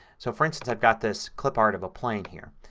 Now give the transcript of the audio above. so for instance, i've got this clip art of a plane here.